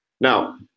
Now